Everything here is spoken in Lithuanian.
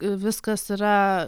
viskas yra